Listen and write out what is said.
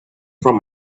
from